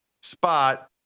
spot